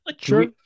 Sure